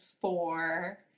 four